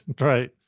right